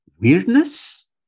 weirdness